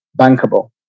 bankable